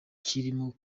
kirimo